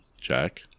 Check